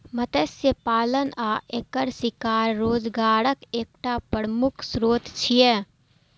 मत्स्य पालन आ एकर शिकार रोजगारक एकटा प्रमुख स्रोत छियै